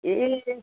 ए